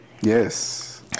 Yes